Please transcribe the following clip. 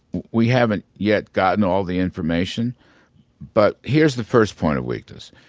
we haven't yet gotten all the information but here's the first point of weakness.